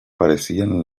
parecían